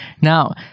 Now